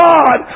God